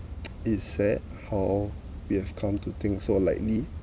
it said how we have come to think so lightly